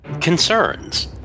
concerns